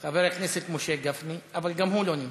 חבר הכנסת משה גפני, אבל גם הוא לא נמצא.